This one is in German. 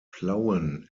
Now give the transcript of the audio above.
plauen